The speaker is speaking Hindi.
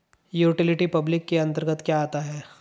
यूटिलिटी पब्लिक के अंतर्गत क्या आता है?